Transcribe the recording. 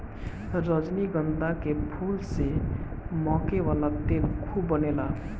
रजनीगंधा के फूल से महके वाला तेल खूब बनेला